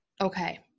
Okay